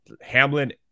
Hamlin